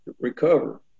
recover